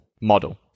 model